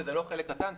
וזה לא חלק קטן,